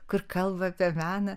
kur kalba apie meną